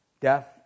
Death